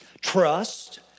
trust